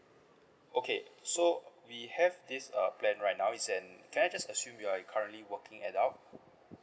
okay so we have this uh plan right now it's an can I just assume you are a currently working adult